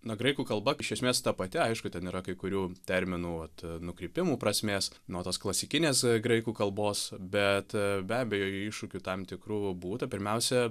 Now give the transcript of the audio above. na graikų kalba iš esmės ta pati aišku ten yra kai kurių terminų vat nukrypimų prasmės nuo tos klasikinės graikų kalbos bet be abejo iššūkių tam tikrų būta pirmiausia